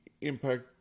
Impact